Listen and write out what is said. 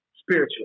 spiritual